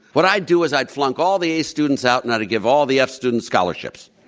what i'd do is i'd flunk all the a students out, and i'd give all the f students scholarships.